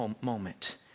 moment